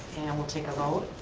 and we'll take a vote.